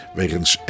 wegens